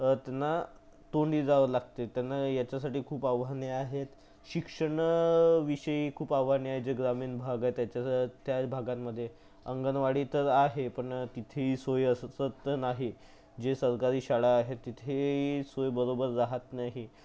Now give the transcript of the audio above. त्यांना तोंडी जावं लागते त्यांना याच्यासाठी खूप आव्हाने आहेत शिक्षणाविषयी खूप आव्हाने आहे जे ग्रामीण भाग आहे त्याच्या त्या भागांमधे अंगणवाडी तर आहे पण तिथेही सोय असं सत्त नाही जे सरकारी शाळा आहे तिथेही सोय बरोबर राहात नाही